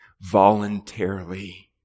voluntarily